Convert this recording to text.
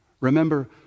Remember